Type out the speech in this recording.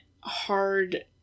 hard